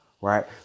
right